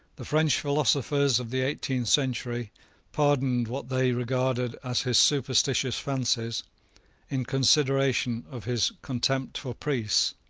the french philosophers of the eighteenth century pardoned what they regarded as his superstitious fancies in consideration of his contempt for priests,